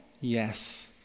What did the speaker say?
yes